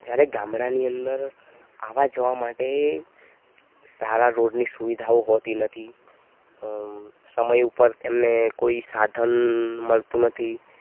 જ્યારે ગામડાની અંદર આવાજવા માટે સારા રોડની સુવિધાઓ હોતી નથી સમય ઉપર એમને કોઈ સાધન મળતું નથી